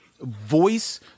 voice